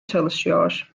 çalışıyor